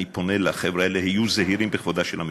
אני פונה לחבר'ה האלה: היו זהירים בכבודה של המשטרה.